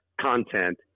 content